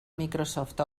microsoft